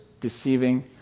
deceiving